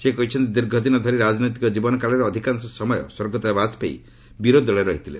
ସେ କହିଛନ୍ତି ଦୀର୍ଘଦିନ ଧରି ରାଜନୈତିକ ଜୀବନକାଳରେ ଅଧିକାଂଶ ସମୟ ସ୍ୱର୍ଗତ ବାଜପେୟୀ ବିରୋଧୀ ଦଳରେ ରହିଥିଲେ